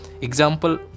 example